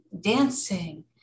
dancing